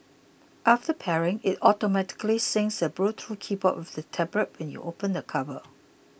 after pairing it automatically syncs the Bluetooth keyboard with the tablet when you open the cover